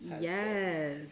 Yes